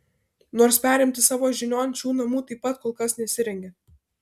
nors perimti savo žinion šių namų taip pat kol kas nesirengia